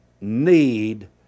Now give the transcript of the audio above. need